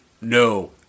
No